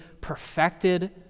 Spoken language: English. perfected